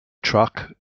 track